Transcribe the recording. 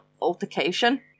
altercation